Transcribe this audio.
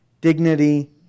dignity